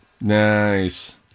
Nice